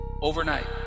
overnight